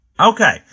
Okay